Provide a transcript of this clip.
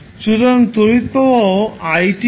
সুতরাং তড়িৎ প্রবাহ